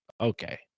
okay